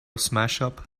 smashup